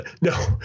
No